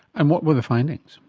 and what were the findings?